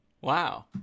Wow